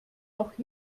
doch